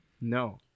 No